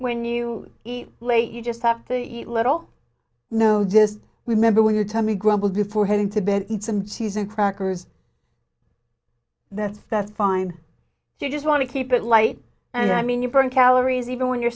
when you late you just have to eat little no just remember when your tummy grumbled before heading to bed eat some cheese and crackers that's that's fine if you just want to keep it light and i mean you burn calories even when you're